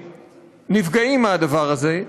נפגעים מהדבר הזה.